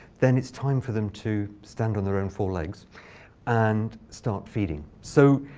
then it's time for them to stand on their own four legs and start feeding. so